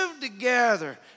together